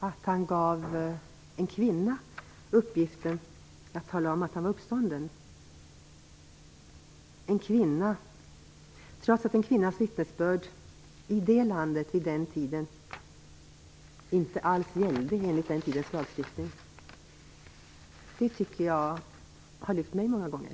Att han gav en kvinna uppgiften att tala om att han var uppstånden, trots synen att en kvinnas vittnesbörd i det landet inte alls gällde enligt den tidens lagstiftning, har lyft mig många gånger.